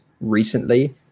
recently